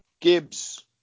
Gibbs